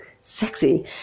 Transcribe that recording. sexy